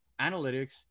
analytics